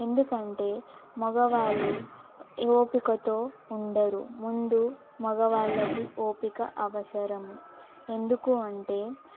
ఎందుకంటే మగవాళ్ళు ఓపికతో ఉండరు ముందు మగవాళ్ళకి ఓపిక అవసరం ఎందుకూ అంటే